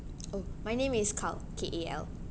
oh my name is kal K A L